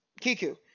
Kiku